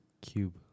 cube